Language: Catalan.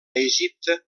egipte